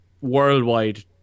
worldwide